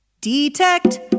Detect